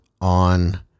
on